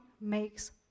makes